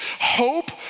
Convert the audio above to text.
Hope